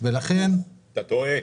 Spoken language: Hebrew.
אתה טועה,